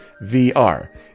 VR